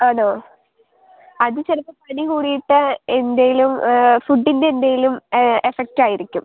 ആണോ ആണോ അത് ചിലപ്പോൾ പനി കൂടിയിട്ട് എന്തേലും ഫുഡിൻ്റെ എന്തേലും എഫെക്ട് ആയിരിക്കും